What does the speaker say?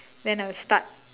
then I will start